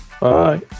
Bye